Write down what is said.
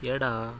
ಎಡ